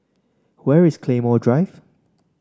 where is Claymore Drive